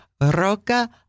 Roca